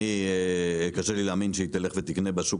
לי קשה להאמין שהיא תלך ותקנה בשוק